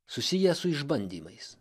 susijęs su išbandymais